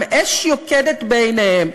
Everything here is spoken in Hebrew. עם אש יוקדת בעיניהם,